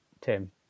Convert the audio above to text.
tim